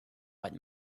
what